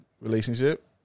relationship